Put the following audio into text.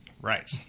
Right